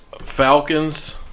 Falcons